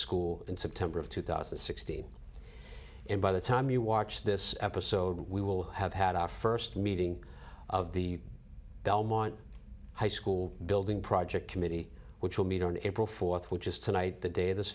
school in september of two thousand and sixteen and by the time you watch this episode we will have had our first meeting of the belmont high school building project committee which will meet on april fourth which is tonight the day